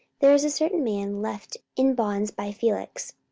there is a certain man left in bonds by felix